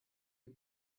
die